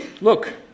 look